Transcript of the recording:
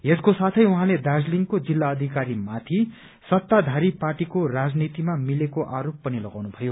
यसको साथै उहाँले दार्जीलिङको जिल्लाथिकारी माथि सत्ताधारी पार्टीको राजनीतिमा मिलेको आरोप पनि लगाउनु भयो